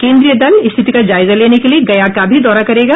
केंद्रीय दल स्थिति का जायजा लेने के लिए गया का भी दौरा करेगा